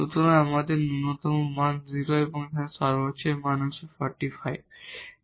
সুতরাং আমাদের মিনিমা 0 এবং এই সমস্যার ম্যাক্সিমা মান 45